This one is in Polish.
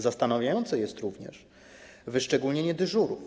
Zastanawiające jest również wyszczególnienie dyżurów.